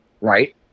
right